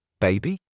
baby